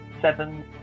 seven